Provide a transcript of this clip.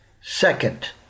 Second